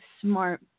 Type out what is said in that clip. smart